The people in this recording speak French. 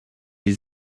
les